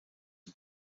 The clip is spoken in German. und